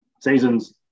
Seasons